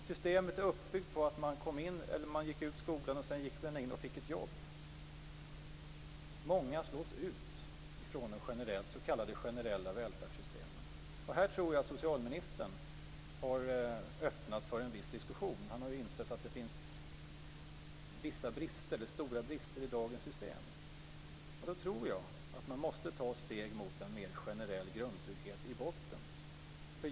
Systemet är uppbyggt på att man gick ut skolan och sedan fick man ett jobb. Många slås ut ifrån de s.k. generella välfärdssystemen. Jag tror att socialministern har öppnat för en viss diskussion om detta. Han har ju insett att det finns stora brister i dagens system. Jag tror att man måste ta steg mot en mer generell grundtrygghet i botten.